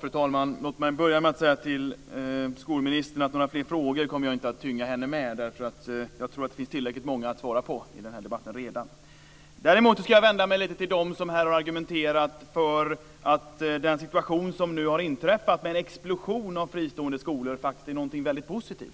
Fru talman! Låt mig börja med att säga till skolministern att några fler frågor kommer jag inte att tynga henne med. Jag tror att det redan finns tillräckligt många att svara på i den här debatten. Däremot ska jag vända mig lite till dem som här har argumenterat för att den situation som nu har inträffat, den explosion av fristående skolor vi fått, faktiskt är någonting väldigt positivt.